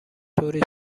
طوری